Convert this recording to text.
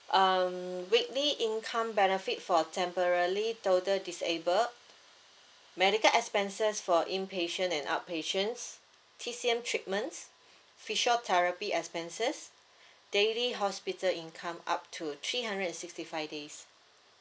um weekly income benefit for temporary total disabled medical expenses for inpatient and outpatients T_C_M treatments physiotherapy expenses daily hospital income up to three hundred and sixty five days